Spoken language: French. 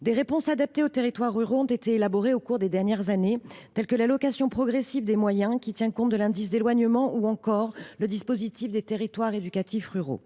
Des réponses adaptées aux territoires ruraux ont été élaborées au cours des dernières années. Je pense à l’allocation progressive des moyens, qui tient compte de l’indice d’éloignement, ou encore au dispositif des territoires éducatifs ruraux.